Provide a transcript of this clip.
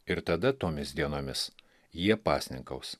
ir tada tomis dienomis jie pasninkaus